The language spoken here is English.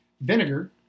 vinegar